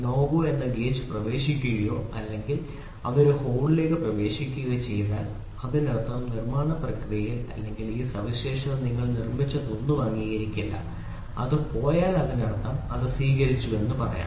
NO GO എന്ന gauge പ്രവേശിക്കുകയോ അല്ലെങ്കിൽ അത് ഒരു ഹോളിലേക്ക് പ്രവേശിക്കുകയോ ചെയ്താൽ അതിനർത്ഥം ഈ നിർമ്മാണ പ്രക്രിയ അല്ലെങ്കിൽ ഈ സവിശേഷത നിങ്ങൾ നിർമ്മിച്ചതൊന്നും അംഗീകരിക്കില്ല അത് പോയാൽ അതിനർത്ഥം അത് സ്വീകരിച്ചുവെന്ന് പറയാൻ